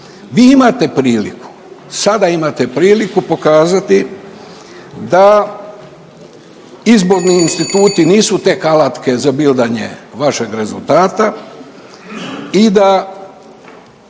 vi imate priliku, sada imate priliku pokazati da izborni instituti nisu tek alatke za bildanje vašeg rezultata i da